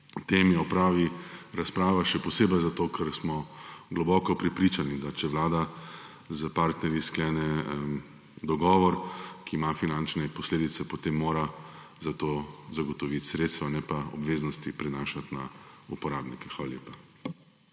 temi opravi razprava, še posebej zato, ker smo globoko prepričani, da če Vlada s partnerji sklene dogovor, ki ima finančne posledice, potem mora za to zagotoviti sredstva, ne pa obveznosti prenašati na uporabnike. Hvala lepa.